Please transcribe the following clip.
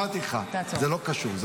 אמרתי לך, זה לא קשור.